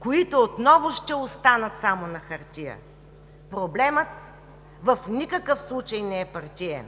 които отново ще останат само на хартия. Проблемът в никакъв случай не е партиен,